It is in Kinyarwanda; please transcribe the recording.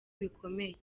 bikomeye